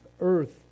Earth